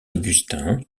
augustin